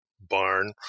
barn